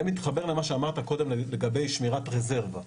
זה מתחבר למה שאמרת קודם לגבי שמירת רזרבה.